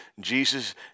Jesus